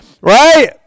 Right